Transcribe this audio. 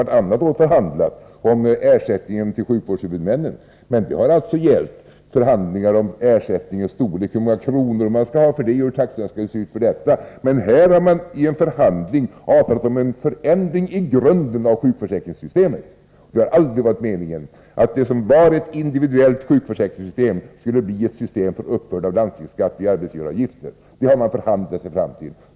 Visst har vi alltid förhandlat om ersättningen till sjukvårdshuvudmännen, men det har gällt förhandlingar om ersättningens storlek: hur många kronor man skall ha och hur taxorna skall se ut. Men här har man i en förhandling avtalat om en förändring i grunden av sjukförsäkringssystemet. Det har aldrig varit meningen att det som har varit ett individuellt sjukförsäkringssystem skulle bli ett system för uppbörd av landstingsskatt via arbetsgivaravgiften. Det har man förhandlat sig till.